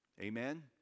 Amen